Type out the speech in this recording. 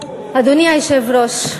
אדוני היושב-ראש,